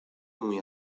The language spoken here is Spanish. muy